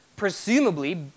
presumably